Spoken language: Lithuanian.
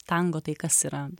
tango tai kas yra